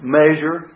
measure